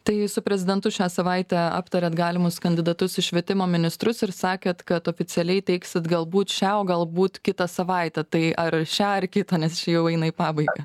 tai su prezidentu šią savaitę aptarėt galimus kandidatus į švietimo ministrus ir sakėt kad oficialiai teiksit galbūt šią o galbūt kitą savaitę tai ar šią ar kitą nes jau eina į pabaigą